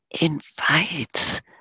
invites